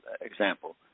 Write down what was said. example